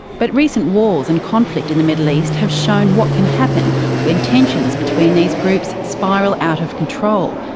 but recent wars and conflict in the middle east have shown what can happen when tensions between these groups spiral out of control.